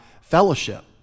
fellowship